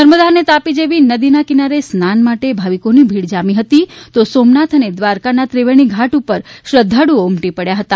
નર્મદા અને તાપી જેવી નદી ના કિનારે સ્નાન માટે ભાવિકો ની ભીડ જામી હતી તો સોમનાથ અને દ્વારકા ના ત્રિવેણી ઘાટ ઉપર પણ શ્રધ્હળુઓ ઉમટી પડ્યા હતા